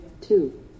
Two